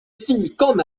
fikon